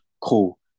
Cool